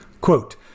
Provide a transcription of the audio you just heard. Quote